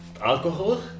Alcohol